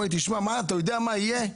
אתה יודע מה יהיה?